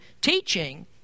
teaching